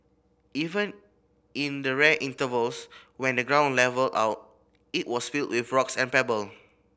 even in the rare intervals when the ground levelled out it was filled with rocks and pebble